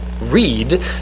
read